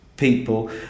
people